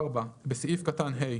(4)בסעיף קטן (ה),